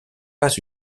pas